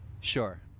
Sure